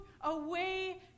away